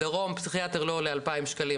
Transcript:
בדרום פסיכיאטר לא עולה 2,000 שקלים,